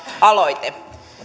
aloite